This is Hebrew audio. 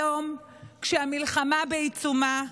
היום, כשהמלחמה בעיצומה,